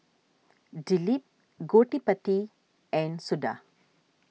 Dilip Gottipati and Suda